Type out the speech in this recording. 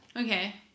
Okay